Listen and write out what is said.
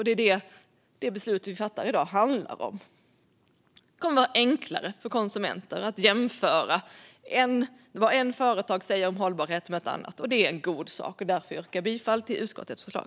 Det är det som det beslut vi fattar i dag handlar om. Det kommer att bli enklare för konsumenter att jämföra vad ett företag säger om hållbarhet med vad ett annat säger. Det är en god sak, och därför yrkar jag bifall till utskottets förslag.